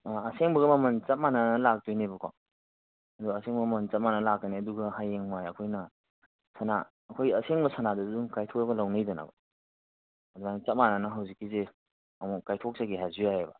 ꯑꯁꯦꯡꯕꯒ ꯃꯃꯜ ꯆꯞ ꯃꯥꯟꯅꯅ ꯂꯥꯛꯇꯣꯏꯅꯦꯕꯀꯣ ꯑꯗꯣ ꯑꯁꯦꯡꯕ ꯃꯃꯜ ꯆꯞ ꯃꯥꯟꯅꯅ ꯂꯥꯛꯀꯅꯤ ꯑꯗꯨꯒ ꯍꯌꯦꯡꯋꯥꯏ ꯑꯩꯈꯣꯏꯅ ꯁꯅꯥ ꯑꯩꯈꯣꯏꯒꯤ ꯑꯁꯦꯡꯕ ꯁꯅꯥꯗꯨ ꯑꯗꯨꯝ ꯀꯥꯏꯊꯣꯛꯑꯒ ꯂꯧꯅꯩꯗꯅ ꯑꯗꯨꯃꯥꯏꯅ ꯆꯞ ꯃꯥꯟꯅꯅ ꯍꯧꯖꯤꯛꯀꯤꯁꯦ ꯑꯃꯨꯛ ꯀꯥꯏꯊꯣꯛꯆꯒꯦ ꯍꯥꯏꯔꯁꯨ ꯌꯥꯏꯌꯦꯕ